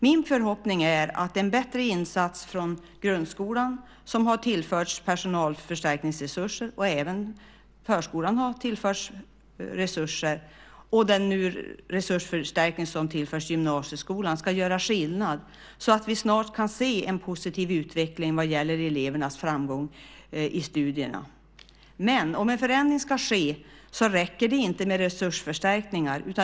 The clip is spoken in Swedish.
Min förhoppning är att det blir en bättre insats från grundskolan, som har tillförts personalförstärkningsresurser. Även förskolan har tillförts resurser. En resursförstärkning tillförs också gymnasieskolan. Min förhoppning är att det ska göra skillnad så att vi snart kan se en positiv utveckling vad gäller elevernas framgång i studierna. Men om en förändring ska ske räcker det inte med resursförstärkningar.